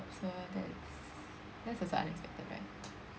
so that's that's also unexpected right